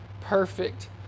perfect